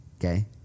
okay